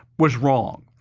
was wrong.